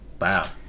Wow